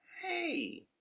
Hey